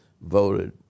voted